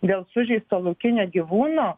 dėl sužeisto laukinio gyvūno